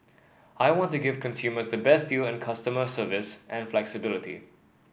I want to give consumers the best deal and customer service and flexibility